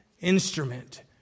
instrument